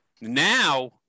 Now